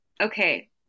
Okay